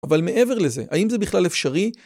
אבל מעבר לזה, האם זה בכלל אפשרי?